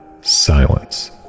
silence